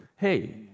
hey